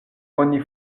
oni